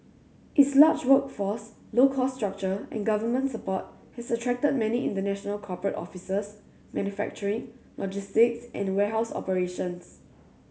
its large workforce low cost structure and government support has attracted many international corporate offices manufacturing logistics and warehouse operations